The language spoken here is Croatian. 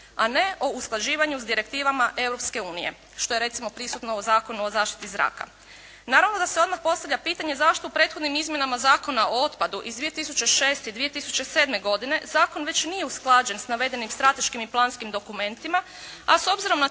a ne o usklađivanju s direktivama Europske unije što je recimo prisutno u Zakonu o zaštiti zraka. Naravno da se odmah postavlja pitanje zašto u prethodnim izmjenama Zakona o otpadu iz 2006. i 2007. godine Zakon već nije usklađen s navedenim strateškim i planskim dokumentima, a s obzirom na